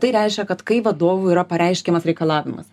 tai reiškia kad kai vadovui yra pareiškiamas reikalavimas